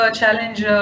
challenge